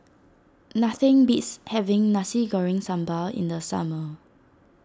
nothing beats having Nasi Goreng Sambal in the summer